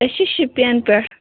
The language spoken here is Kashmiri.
أسۍ چھِ شُپین پیٚٹھ